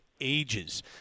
ages